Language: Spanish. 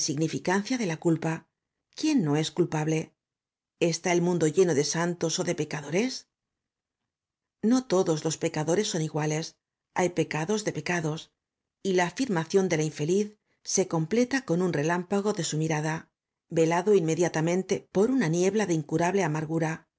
insignificancia de la culpa quién no es culpable está el mundo lleno de santos ó de pecadores no todos los pecadores son iguales hay pecados de pecados y la afirmación de la infeliz se completa con un relámpago de su mirada velado inmediatamente por una niebla de incurable amargura